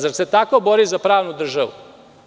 Zar se tako bori za pravnu državu?